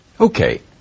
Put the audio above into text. Okay